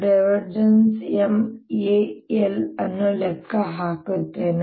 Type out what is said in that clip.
Mal ಅನ್ನು ಲೆಕ್ಕ ಹಾಕುತ್ತೇನೆ